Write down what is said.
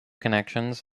connections